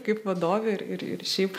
kaip vadovė ir ir šiaip